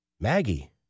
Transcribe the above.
Maggie